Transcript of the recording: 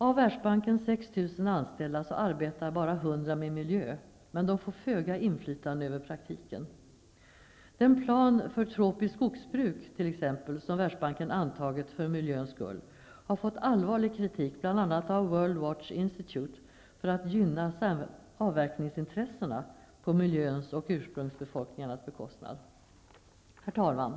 Av Världsbankens 6 000 anställda är det bara 100 som arbetar med miljö och de har föga inflytande över praktiken. Den plan för tropiskt skogsbruk som Världsbanken antagit för miljöns skull har fått allvarlig kritik, bl.a. av World Watch Institutet, för att gynna avverkningsintressena på miljöns och urprungsbefolkningarnas bekostnad. Herr talman!